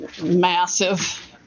massive